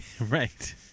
Right